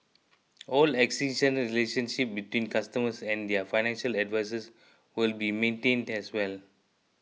all existing relationships between customers and their financial advisers will be maintained as well